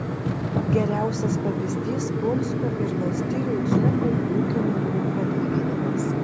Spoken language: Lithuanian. geriausias pavyzdys punsko ir lazdijų dzūkų ūkininkų palyginimas